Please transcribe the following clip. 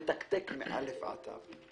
באמת מתקתק מאל"ף ועד ת"ו.